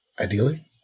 ideally